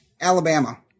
Alabama